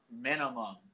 minimum